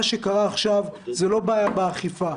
מה שקרה עכשיו הוא לא בעיה באכיפה,